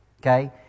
Okay